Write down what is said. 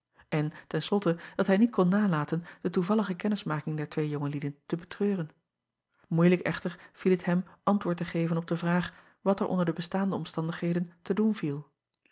en ten slotte dat hij niet kon nalaten de toevallige kennismaking der twee jonge lieden te betreuren oeilijk echter viel het hem antwoord te geven op de vraag wat er onder de bestaande omstandigheden te doen viel